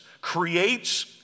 creates